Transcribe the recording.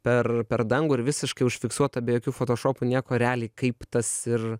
per per dangų ir visiškai užfiksuota be jokių fotošopų nieko realiai kaip tas ir